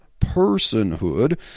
personhood